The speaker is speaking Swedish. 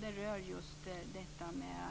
Det rör just detta med